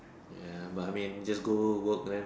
ya but I mean just go work then